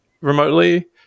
remotely